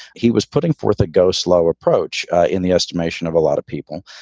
he was putting forth a go slow approach in the estimation of a lot of people.